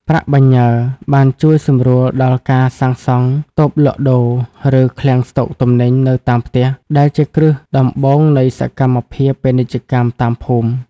ប្រាក់បញ្ញើបានជួយសម្រួលដល់ការសាងសង់តូបលក់ដូរ ឬឃ្លាំងស្ដុកទំនិញនៅតាមផ្ទះ ដែលជាគ្រឹះដំបូងនៃសកម្មភាពពាណិជ្ជកម្មតាមភូមិ។